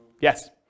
Yes